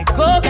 go